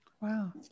Wow